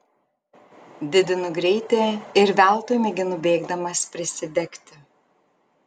didinu greitį ir veltui mėginu bėgdamas prisidegti